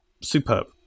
Superb